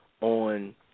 on